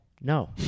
No